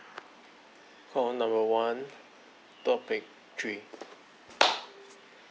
call number one topic three